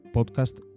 Podcast